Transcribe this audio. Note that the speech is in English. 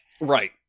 Right